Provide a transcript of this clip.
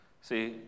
See